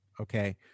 okay